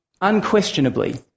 unquestionably